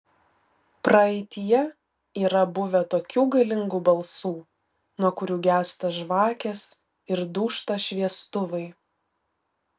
praeityje yra buvę tokių galingų balsų nuo kurių gęsta žvakės ir dūžta šviestuvai